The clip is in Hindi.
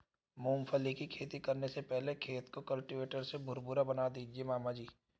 मूंगफली की खेती करने से पहले खेत को कल्टीवेटर से भुरभुरा बना दीजिए मामा जी